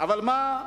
אבל מה?